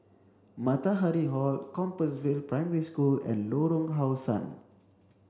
Matahari Hall Compassvale Primary School and Lorong How Sun